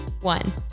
one